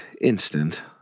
instant